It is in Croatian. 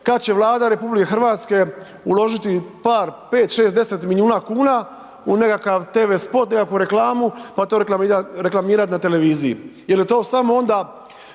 kad će Vlada RH uložiti par, 5, 6, 10 milijuna kuna u nekakav TV spot, nekakvu reklamu, pa to reklamirati na televiziji. Ili je to samo onda